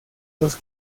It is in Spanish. los